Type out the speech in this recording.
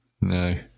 No